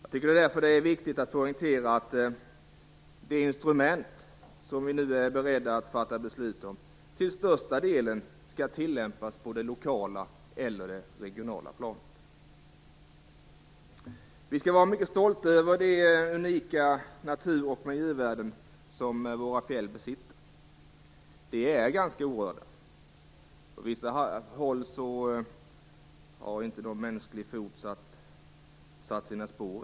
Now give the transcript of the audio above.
Det är därför viktigt att poängtera att de instrument vi nu är beredda att fatta beslut om, till största delen skall tillämpas på det lokala eller regionala planet. Vi skall vara mycket stolta över de unika natur och miljövärden som våra fjäll besitter. Dessa värden är ganska orörda. På vissa håll har ännu ingen mänsklig fot satt sina spår.